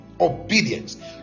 obedience